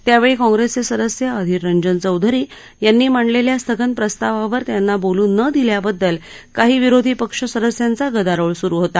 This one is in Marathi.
त्यावछी काँग्रस्त्री सिदस्य अधिर रंजन चौधरी यांनी मांडलख्खा स्थगन प्रस्तावावर त्यांना बोलू न दिल्याबद्दल काही विरोधी पक्ष सदस्यांचा गदारोळ सुरू होता